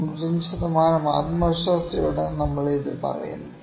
95 ശതമാനം ആത്മവിശ്വാസത്തോടെയാണ് നമ്മൾ പറയുന്നത്